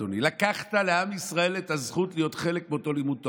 אדוני: לקחת לעם ישראל את הזכות להיות חלק מאותו לימוד תורה,